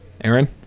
Aaron